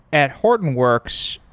at hortonworks,